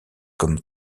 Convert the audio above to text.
comme